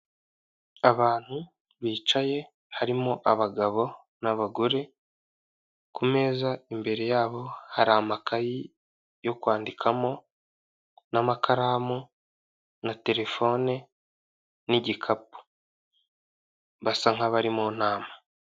Abantu bicaye harimo abagabo n'abagore, ku meza imbere yabo hari amakayi yo kwandikamo n'amakaramu na telefone n'igikapu, basa nk'abari mu nama.